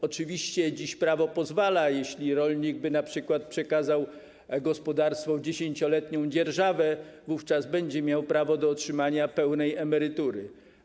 Oczywiście dziś prawo pozwala na to, że jeśli rolnik np. przekaże gospodarstwom dziesięcioletnią dzierżawę, wówczas będzie miał prawo do otrzymania pełnej emerytury.